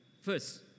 First